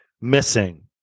missing